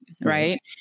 right